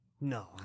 no